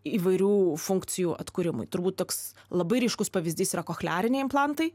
įvairių funkcijų atkūrimui turbūt toks labai ryškus pavyzdys yra kochleariniai implantai